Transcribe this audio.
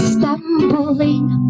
Stumbling